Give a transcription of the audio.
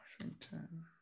Washington